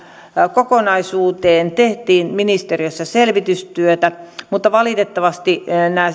kokonaisuuteen tehtiin ministeriössä selvitystyötä mutta valitettavasti